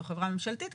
זו חברה ממשלתית,